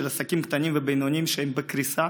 של עסקים קטנים ובינוניים שהם בקריסה.